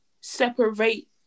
separate